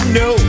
no